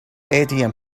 atm